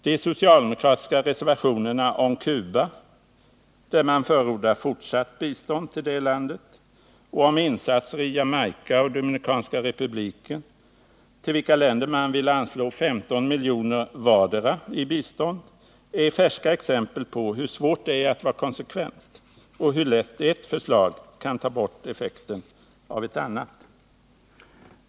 De socialdemokratiska reservationerna om Cuba, där man förordar fortsatt bistånd till det landet, och om insatser i Jamaica och Dominikanska republiken, till vilka länder man vill anslå 15 milj.kr. vardera i bistånd, är färska exempel på hur svårt det är att vara konsekvent och hur lätt ett förslag kan ta bort effekten av ett annat.